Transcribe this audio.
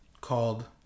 called